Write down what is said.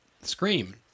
Scream